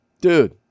Dude